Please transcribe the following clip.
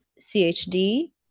CHD